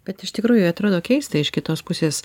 bet iš tikrųjų atrodo keista iš kitos pusės